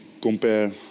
compare